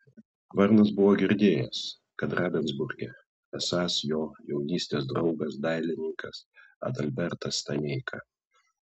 varnas buvo girdėjęs kad ravensburge esąs jo jaunystės draugas dailininkas adalbertas staneika